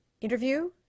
interview